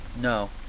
No